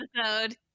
episode